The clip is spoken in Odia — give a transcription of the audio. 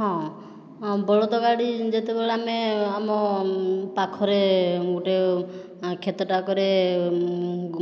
ହଁ ବଳଦ ଗାଡ଼ି ଯେତେବେଳେ ଆମେ ଆମ ପାଖରେ ଗୋଟିଏ କ୍ଷେତଟାକରେ